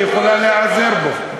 היא יכולה להיעזר בו.